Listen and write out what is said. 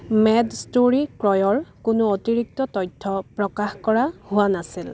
made ষ্ট'ৰী ক্ৰয়ৰ কোনো অতিৰিক্ত তথ্য প্ৰকাশ কৰা হোৱা নাছিল